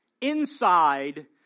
inside